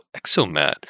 Exomat